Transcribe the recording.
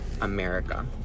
America